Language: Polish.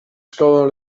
szkołę